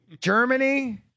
Germany